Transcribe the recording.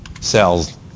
cells